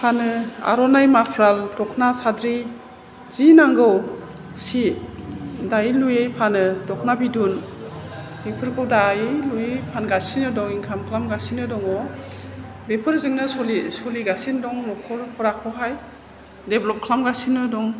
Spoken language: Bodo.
फानो अर'नाइ माफ्लार दख'ना साद्रि जि नांगौ सि दायै लुयै फानो दख'ना बिदुन बेफोरखौ दायै लुयै फानगासिनो दं इंकाम खालामगासिनो दङ बेफोरजोंनो सलि सलिगासिनो दं न'खरफ्राखौहाय देभलफ खालामगासिनो दं